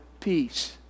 peace